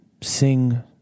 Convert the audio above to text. Sing